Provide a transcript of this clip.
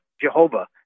Jehovah